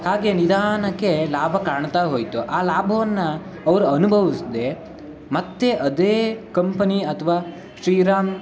ಹಾಗೇ ನಿಧಾನಕ್ಕೆ ಲಾಭ ಕಾಣ್ತಾ ಹೋಯಿತು ಆ ಲಾಭವನ್ನು ಅವ್ರು ಅನುಭವ್ಸ್ದೇ ಮತ್ತೆ ಅದೇ ಕಂಪನಿ ಅಥವಾ ಶ್ರೀರಾಮ್